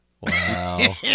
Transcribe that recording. Wow